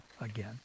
again